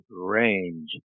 range